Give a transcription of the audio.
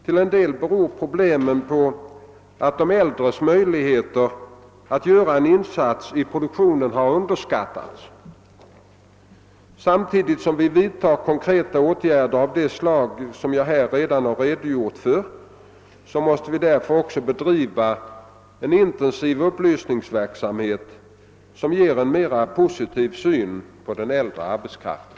Till en del beror problemen på att de äldres möjligheter att göra en insats i produktionen underskattas. Samtidigt som vi vidtar konkreta åtgärder av det slag jag här har redogjort för måste vi därför också bedriva en intensiv upplysningsverksamhet, som ger en mera positiv syn på den äldre arbetskraften.